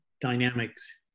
dynamics